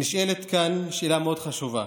נשאלת כאן שאלה מאוד חשובה: